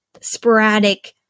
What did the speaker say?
sporadic